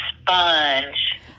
sponge